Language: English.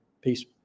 Peace